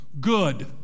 good